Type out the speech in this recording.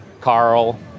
Carl